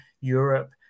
Europe